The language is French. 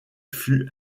fut